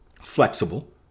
flexible